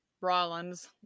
Rollins